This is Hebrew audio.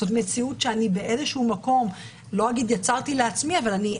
זאת מציאות שאני באיזשהו מקום לא אגיד שיצרתי לעצמי אבל אני